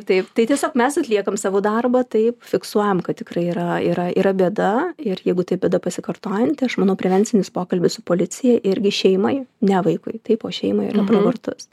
taip tai tiesiog mes atliekam savo darbą taip fiksuojam kad tikrai yra yra yra bėda ir jeigu tai bėda pasikartojanti aš manau prevencinis pokalbis su policija irgi šeimai ne vaikui taip o šeimai yra pravartus